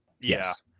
Yes